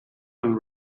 and